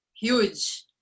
Huge